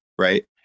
right